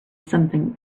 something